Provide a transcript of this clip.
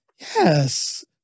yes